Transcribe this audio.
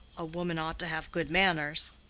a woman ought to have good manners.